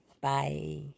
Bye